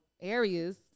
areas